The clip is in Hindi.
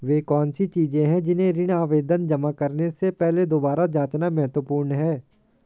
वे कौन सी चीजें हैं जिन्हें ऋण आवेदन जमा करने से पहले दोबारा जांचना महत्वपूर्ण है?